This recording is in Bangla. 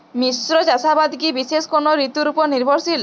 মিশ্র চাষাবাদ কি বিশেষ কোনো ঋতুর ওপর নির্ভরশীল?